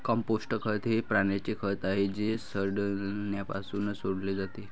compost खत हे प्राण्यांचे खत आहे जे सडण्यासाठी सोडले जाते